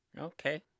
Okay